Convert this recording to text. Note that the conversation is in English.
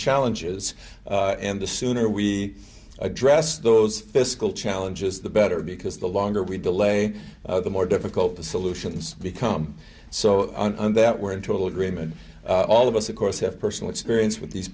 challenges and the sooner we address those fiscal challenges the better because the longer we delay the more difficult the solutions become so that we're in total agreement all of us of course have personal experience with these